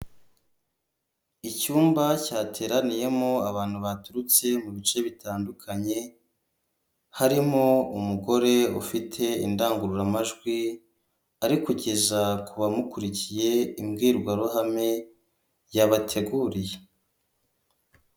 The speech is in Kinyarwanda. Icyumba cyateraniyemo abantu baturutse mu bice bitandukanye, harimo umugore ufite indangururamajwi, ari kugeza ku bamukurikiye imbwirwaruhame yabateguriye.